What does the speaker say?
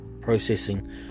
processing